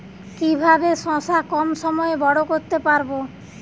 কিভাবে শশা কম সময়ে বড় করতে পারব?